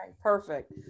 Perfect